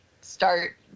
start